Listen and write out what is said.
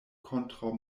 kontraŭ